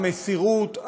המסירות,